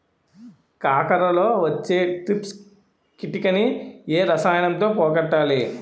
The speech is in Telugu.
కాకరలో వచ్చే ట్రిప్స్ కిటకని ఏ రసాయనంతో పోగొట్టాలి?